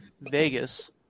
Vegas